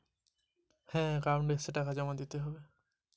Account এসে টাকা জমা দিতে হবে?